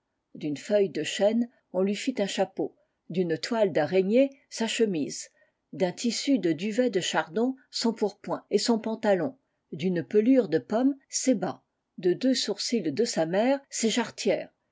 d'une feuille de chêne on lui fit un chapeau d'une toile d'araignée sa chemise d'un tissu de duvet de chardon son pourpoint et son pantalon d'une pelure de pomme ses bas de deux sourcils de sa mère ses jarretières